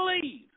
believe